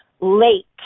lake